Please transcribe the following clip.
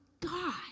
God